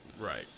Right